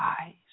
eyes